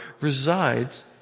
resides